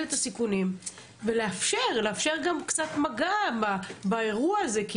סיכונים ולאפשר גם קצת מגע באירוע הזה.